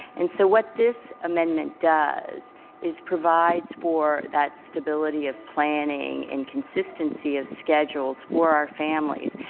and so what this amendment does is provide for that stability of planing and consistency of schedules for our family.